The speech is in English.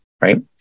right